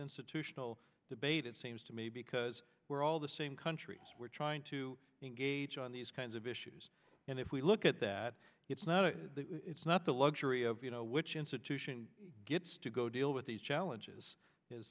institutional debate it seems to me because we're all the same countries we're trying to engage on these kinds of issues and if we look at that it's not a it's not the luxury of you know which institution gets to go deal with these challenges a